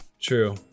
True